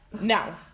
Now